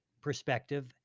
perspective